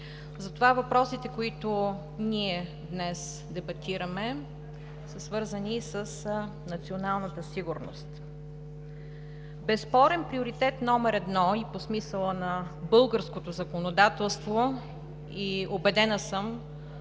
Затова въпросите, които ние днес дебатираме, са свързани с националната сигурност. Безспорно приоритет номер едно и по смисъла на българското законодателство и, убедена съм,